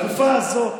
בתקופה הזאת,